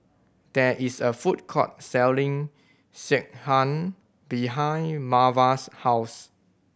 there is a food court selling Sekihan behind Marva's house